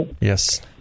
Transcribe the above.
Yes